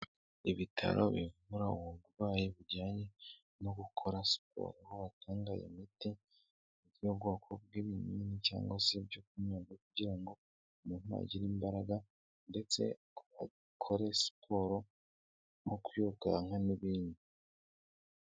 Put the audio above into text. Ibitaro bivura uburwayi bujyanye no gukora siporo, aho batanga imiti by'ubwoko bw'ibinini cyangwa se ibyo kunywa kugira ngo umuntu agire imbaraga ndetse akore siporo nko kwirukanka n'ibindi.